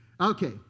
Okay